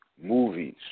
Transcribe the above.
Movies